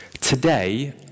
Today